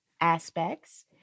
aspects